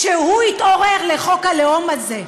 כשהוא יתעורר לחוק הלאום הזה,